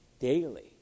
daily